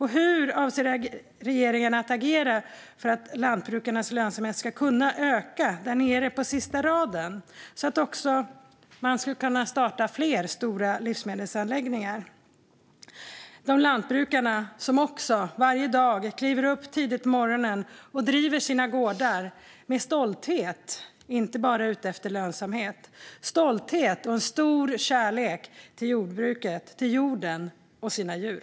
Hur avser regeringen att agera för att lantbrukarnas lönsamhet ska kunna öka nere på sista raden, så att man också ska kunna starta fler stora livsmedelsanläggningar? Lantbrukarna kliver varje dag upp tidigt på morgonen och driver sina gårdar med stolthet. De är inte bara ute efter lönsamhet utan har också en stolthet och en stor kärlek till jordbruket, till jorden och till sina djur.